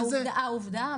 העובדה,